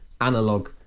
analog